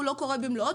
הוא לא קורה במלואו,